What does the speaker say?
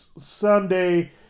Sunday